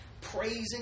praising